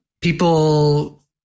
people